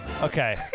okay